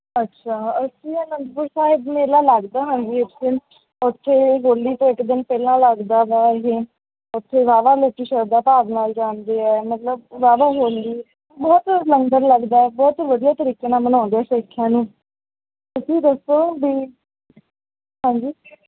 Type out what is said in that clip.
ਅੱਛਾ ਸ਼੍ਰੀ ਅਨੰਦਪੁਰ ਸਾਹਿਬ ਮੇਲਾ ਲੱਗਦਾ ਹਾਂਜੀ ਉਸ ਦਿਨ ਉੱਥੇ ਹੋਲੀ ਤੋਂ ਇੱਕ ਦਿਨ ਪਹਿਲਾਂ ਲੱਗਦਾ ਵਾ ਇਹ ਉੱਥੇ ਵਾਹਵਾ ਲੋਕ ਸ਼ਰਧਾ ਭਾਵ ਨਾਲ ਜਾਂਦੇ ਹੈ ਮਤਲਬ ਵਾਹਵਾ ਹੋਲੀ ਬਹੁਤ ਲੰਗਰ ਲੱਗਦਾ ਬਹੁਤ ਵਧੀਆ ਤਰੀਕੇ ਨਾਲ ਮਨਾਉਂਦੇ ਆ ਸਿੱਖ ਇਹਨੂੰ ਤੁਸੀਂ ਦੱਸੋ ਵੀ ਹਾਂਜੀ